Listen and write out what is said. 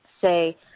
say